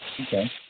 Okay